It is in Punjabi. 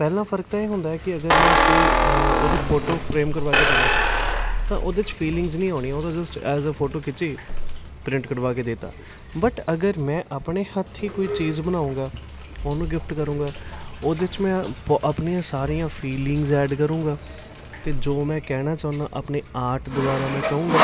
ਪਹਿਲਾ ਫ਼ਰਕ ਤਾਂ ਫੋਟੋ ਫਰੇਮ ਕਰਵਾ ਕੇ ਦੇਵਾਂ ਤਾਂ ਉਹਦੇ 'ਚ ਫੀਲਿੰਗਸ ਨਹੀਂ ਆਉਣੀਆਂ ਉਹ ਤਾਂ ਜਸਟ ਐਜ ਅ ਫੋਟੋ ਖਿੱਚੀ ਪ੍ਰਿੰਟ ਕਢਵਾ ਕੇ ਦਿੱਤਾ ਬਟ ਅਗਰ ਮੈਂ ਆਪਣੇ ਹੱਥੀਂ ਕੋਈ ਚੀਜ਼ ਬਣਾਉਂਗਾ ਉਹਨੂੰ ਗਿਫ਼ਟ ਕਰੂੰਗਾ ਉਹਦੇ 'ਚ ਮੈਂ ਆਪਣੀਆਂ ਸਾਰੀਆਂ ਫੀਲਿੰਗਸ ਐਡ ਕਰੂੰਗਾ ਅਤੇ ਜੋ ਮੈਂ ਕਹਿਣਾ ਚਾਹੁੰਦਾ ਆਪਣੇ ਆਰਟ ਦੁਆਰਾ ਮੈਂ ਕਹੂੰਗਾ